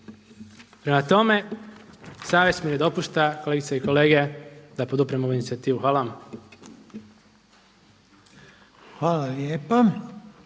Prema tome, savjest mi ne dopušta kolegice i kolege da poduprem ovu inicijativu. Hvala vam.